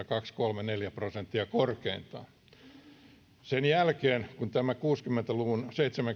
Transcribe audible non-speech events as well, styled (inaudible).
(unintelligible) kaksi kolme neljä prosenttia korkeintaan sen jälkeen kun tämä kuusikymmentä viiva seitsemänkymmentä luvun